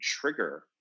trigger